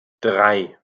drei